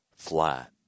flat